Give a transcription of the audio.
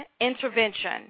intervention